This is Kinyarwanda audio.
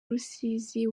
rusizi